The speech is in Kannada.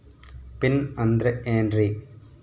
ಪಿನ್ ಅಂದ್ರೆ ಏನ್ರಿ?